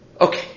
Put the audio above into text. Okay